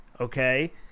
okay